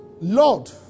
Lord